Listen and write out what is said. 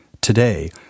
Today